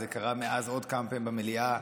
זה קרה מאז עוד פעם-פעמים במליאה,